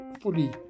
fully